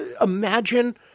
imagine